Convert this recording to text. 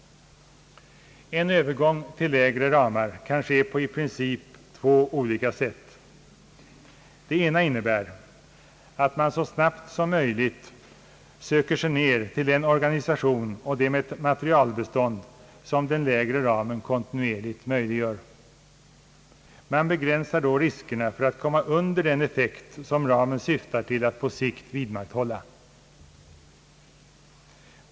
En övergång till lägre ramar kan ske på i princip två olika sätt. Det ena innebär att man så snabbt som möjligt söker sig ner till den organisation och det materialbestånd som den lägre ramen kontinuerligt möjliggör. Man begränsar då riskerna för att komma under den effekt som ramen på sikt syftar till att vidmakthålla.